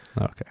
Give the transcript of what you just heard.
Okay